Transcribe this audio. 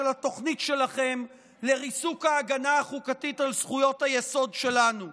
התוכנית שלכם לריסוק ההגנה חוקתית על זכויות היסוד שלנו.